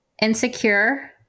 insecure